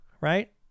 right